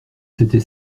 s’était